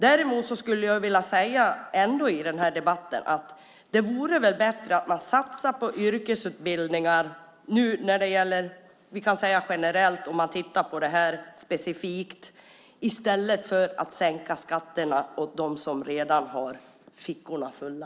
Däremot skulle jag i den här debatten vilja säga att det väl vore bättre att man satsar på yrkesutbildningar generellt om vi tittar på det här specifikt, i stället för att sänka skatterna för dem som redan har fickorna fulla.